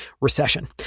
recession